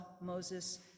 Moses